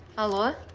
our